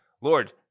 Lord